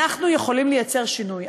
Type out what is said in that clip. אנחנו יכולים לייצר שינוי.